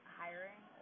hiring